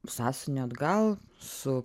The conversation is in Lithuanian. sąsiuvinį atgal su